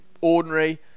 ordinary